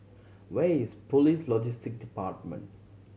where is Police Logistic Department